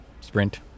Sprint